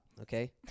Okay